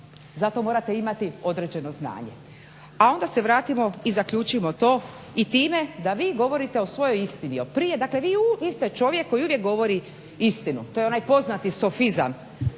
zato morate imati određeno znanje. A onda se vratimo i zaključimo to i time da vi govorite o svojoj istini dakle o prije, vi ste čovjek koji uvijek govori istinu, to je onaj poznati sofizam